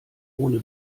ohne